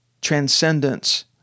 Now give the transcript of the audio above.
transcendence